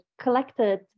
collected